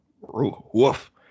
Woof